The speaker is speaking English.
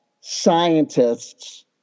scientists